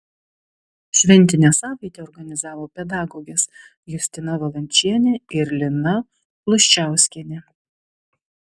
šventinę savaitę organizavo pedagogės justina valančienė ir lina pluščiauskienė